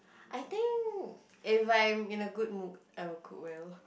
I think if I'm in a good mood I would cook well